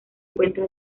encuentra